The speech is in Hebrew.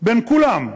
בין כולם,